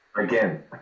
Again